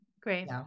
great